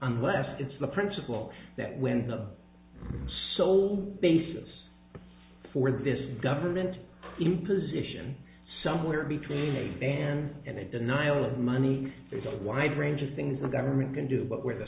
unless it's the principle that when the sole basis for this government imposition somewhere between a fan and denial of money there's a wide range of things that government can do but where the